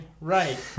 right